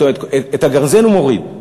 זאת אומרת, את הגרזן הוא מוריד,